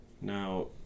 Now